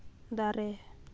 ᱫᱟᱨᱮ